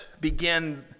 begin